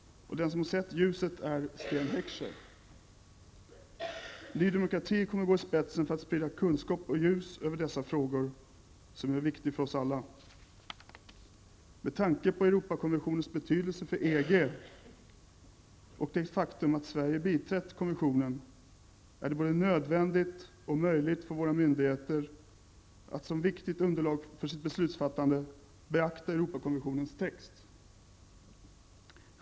Den som sett ljuset är Sten Heckscher. Nydemokrati kommer att gå i spetsen för att sprida kunskap och ljus över dessa frågor som är viktiga för oss alla. Med tanke på Europakonventionens betydelse för EG och det faktum att Sverige biträtt konventionen är det både nödvändigt och möjligt för våra myndigheter att som viktigt underlag för sitt beslutsfattande beakta Europakonventionens text.